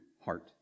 heart